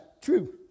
true